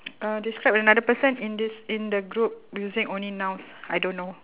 uh describe another person in this in the group using only nouns I don't know